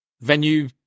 venue